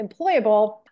employable